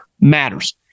matters